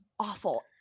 Awful